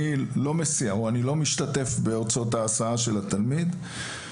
אני לא משתתף בהוצאות ההסעה של התלמיד.